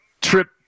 trip